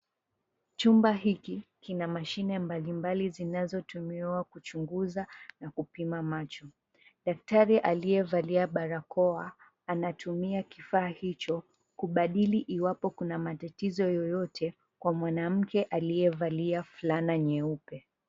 Chumba hiki kina mashine mbalimbali zinazotumiwa kuchunguza na kupima macho. Daktari aliyevalia barakoa anatumia kifaa hicho kubadili iwapo kuna matatizo yoyote kwa mwanamke aliyevalia fulana nyeupe.